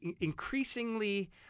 increasingly